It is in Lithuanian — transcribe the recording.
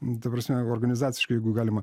nu ta prasme organizaciškai jeigu galima